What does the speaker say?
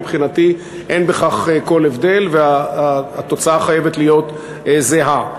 מבחינתי אין כל הבדל, והתוצאה חייבת להיות זהה.